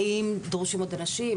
האם דרושים עוד אנשים,